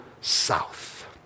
south